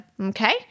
Okay